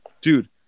Dude